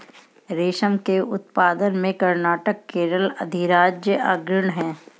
रेशम के उत्पादन में कर्नाटक केरल अधिराज्य अग्रणी है